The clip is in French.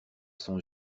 son